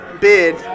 bid